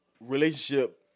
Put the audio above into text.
relationship